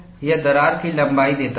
यह दरार की लंबाई देता है